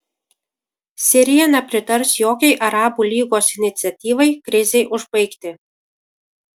sirija nepritars jokiai arabų lygos iniciatyvai krizei užbaigti